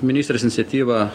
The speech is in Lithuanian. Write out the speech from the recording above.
ministrės iniciatyva